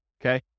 okay